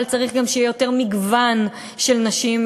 אבל צריך גם שיהיה יותר מגוון של נשים,